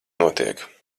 notiek